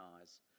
eyes